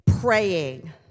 praying